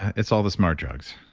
it's all the smart drugs.